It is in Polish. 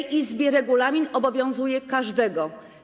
W tej Izbie regulamin obowiązuje każdego.